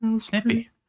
snippy